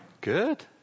Good